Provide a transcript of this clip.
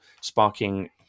sparking